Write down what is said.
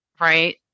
right